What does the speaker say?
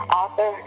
author